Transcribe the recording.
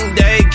day